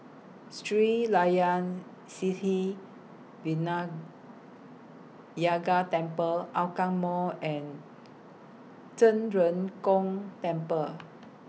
Sri Layan Sithi Vinayagar Temple Hougang Mall and Zhen Ren Gong Temple